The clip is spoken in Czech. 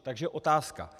Takže otázka.